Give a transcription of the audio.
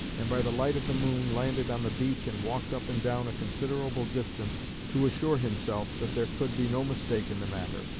and by the light of the moon landed on the beach and walked up and down a considerable distance to assure himself that there could be no mistake in the matter.